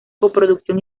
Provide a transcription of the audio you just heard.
coproducción